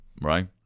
right